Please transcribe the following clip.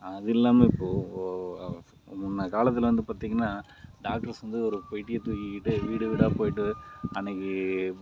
அது இல்லாமல் இப்போது முன்னே காலத்தில் வந்து பார்த்திங்ன்னா டாக்டர்ஸ் வந்து ஒரு பெட்டியை தூக்கிக்கிட்டு வீடு வீடாக போயிட்டு அன்னிக்கு